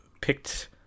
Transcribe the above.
picked